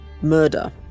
murder